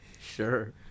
Sure